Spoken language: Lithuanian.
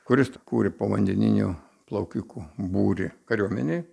kuris kūrė povandeninių plaukikų būrį kariuomenėj